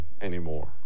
anymore